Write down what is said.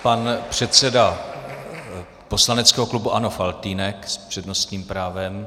Pan předseda poslaneckého klubu ANO Faltýnek s přednostním právem.